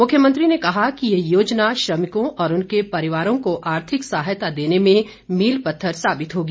मुख्यमंत्री ने कहा कि ये योजना श्रमिकों और उनके परिवारों को आर्थिक सहायता देने में मील पत्थर साबित होगी